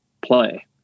play